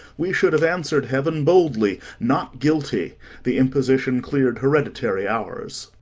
we should have answer'd heaven boldly not guilty the imposition clear'd hereditary ours.